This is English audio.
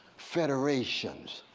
federations,